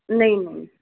ਨਹੀਂ ਨਹੀਂ